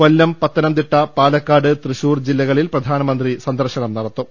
കൊല്ലം പത്തനംതിട്ട പാലക്കാട് തൃശൂർ ജില്ലകൾ പ്രധാനമന്ത്രി സന്ദർശിക്കും